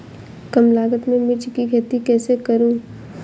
कम लागत में मिर्च की खेती कैसे करूँ?